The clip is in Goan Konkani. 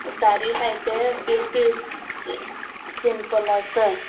तारी आसाय ते बेश्टे सिंपल आसताय